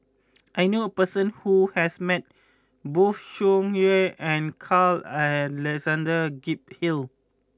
I knew a person who has met both Tsung Yeh and Carl Alexander Gibson Hill